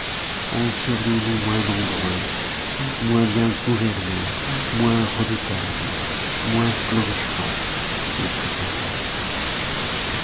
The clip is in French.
et serions-nous moins nombreux moins bien gouvernés moins redoutable moins florissans ou plus pervers